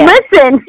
Listen